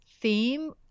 theme